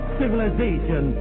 civilization